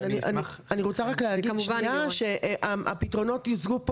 אז אני רוצה רק להגיד שנייה שהפתרונות יוצגו פה